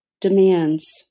demands